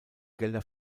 gelder